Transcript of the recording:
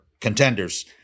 contenders –